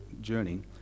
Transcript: journey